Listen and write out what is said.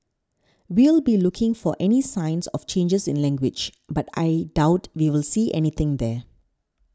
we'll be looking for any signs of changes in language but I doubt we'll see anything there